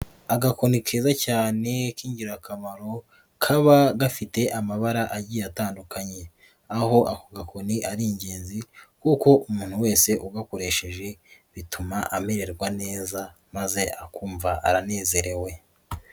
Agakoni keza cyane k'ingirakamaro, kaba gafite amabara agiye atandukanye, aho ako gakoni ari ingenzi kuko umuntu wese ugakoresheje, bituma amererwa neza maze akumva aranezerewe.